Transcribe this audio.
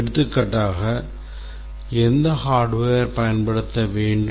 எடுத்துக்காட்டாக எந்த hardware பயன்படுத்த வேண்டும்